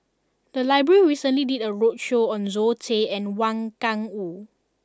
the library recently did a roadshow on Zoe Tay and Wang Gungwu